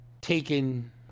taken